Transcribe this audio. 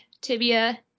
tibia